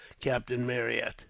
captain marryat?